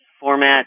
format